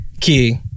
key